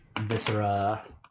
viscera